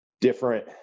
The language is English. Different